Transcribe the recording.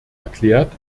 erklärt